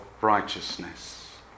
righteousness